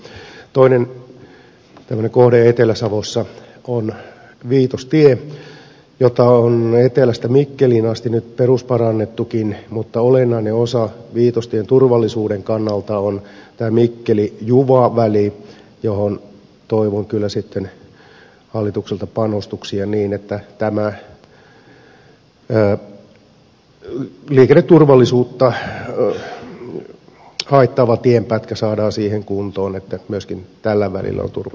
toinen tämmöinen kohde etelä savossa on viitostie jota on etelästä mikkeliin asti nyt perusparannettukin mutta olennainen osa viitostien turvallisuuden kannalta on mikkelijuva väli johon toivon kyllä sitten hallitukselta panostuksia niin että tämä liikenneturvallisuutta haittaava tienpätkä saadaan siihen kuntoon että myöskin tällä välillä on turvallista liikkua